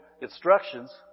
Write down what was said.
instructions